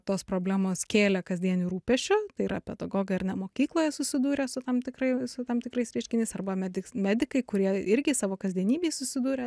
tos problemos kėlė kasdienių rūpesčių tai yra pedagogai ar ne mokykloje susidūrę su tam tikrai su tam tikrais reiškiniais arba medik medikai kurie irgi savo kasdienybėj susidūrė